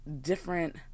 different